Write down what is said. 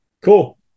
Cool